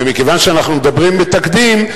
ומכיוון שאנחנו מדברים בתקדים,